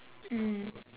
mm